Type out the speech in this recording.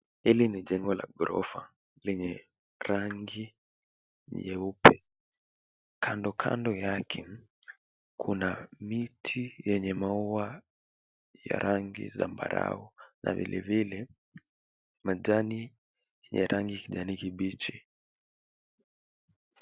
Hili ni jengo la ghorofa lenye rangi nyeupe. Kando kando yake kuna miti yenye maua ya rangi zambarau na vile vile majani ya rangi kijani kibichi.